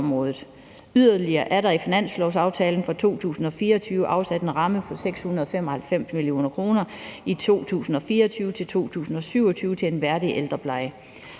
Yderligere er der i finanslovsaftalen for 2024 afsat en ramme på 695 mio. kr. i 2024-2027 til en værdig ældrepleje.